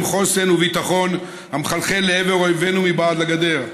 חוסן וביטחון המחלחל לעבר אויבנו מבעד לגדר.